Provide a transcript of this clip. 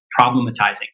problematizing